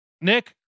Nick